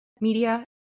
media